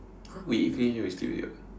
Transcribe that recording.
!huh! we eat finish then we sleep already [what]